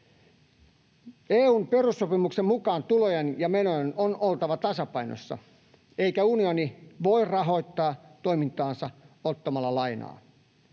EU:n perussopimuksen mukaan tulojen ja menojen on oltava tasapainossa eikä unioni voi rahoittaa toimintaansa ottamalla lainaa.